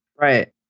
Right